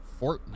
Fortnite